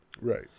right